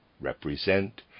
represent